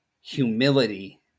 humility